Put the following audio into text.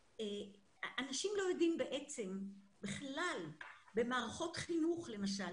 אנשים לא יודעים במערכות חינוך למשל